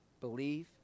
believe